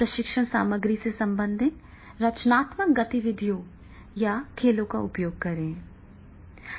प्रशिक्षण सामग्री से संबंधित रचनात्मक गतिविधियों या खेलों का उपयोग करें